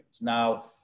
Now